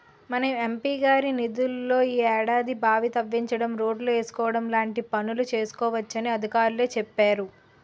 మన ఎం.పి గారి నిధుల్లో ఈ ఏడాది బావి తవ్వించడం, రోడ్లేసుకోవడం లాంటి పనులు చేసుకోవచ్చునని అధికారులే చెప్పేరు